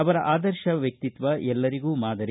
ಅವರ ಆದರ್ಶ ವ್ಯಕ್ತಿತ್ವ ಎಲ್ಲರಿಗೂ ಮಾದರಿ